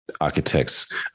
architects